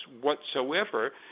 whatsoever